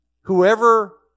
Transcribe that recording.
whoever